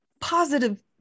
positive